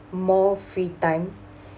more free time